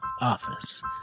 office